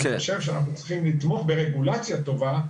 אני חושב שאנחנו צריכים לתמוך ברגולציה טובה.